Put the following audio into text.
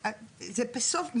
בסוף,